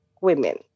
women